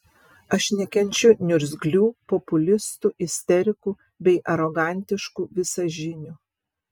aš nekenčiu niurzglių populistų isterikų bei arogantiškų visažinių